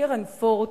קרן פורד,